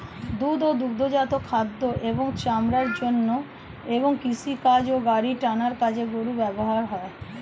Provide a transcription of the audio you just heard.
দুধ ও দুগ্ধজাত খাদ্য ও চামড়ার জন্য এবং কৃষিকাজ ও গাড়ি টানার কাজে গরু ব্যবহৃত হয়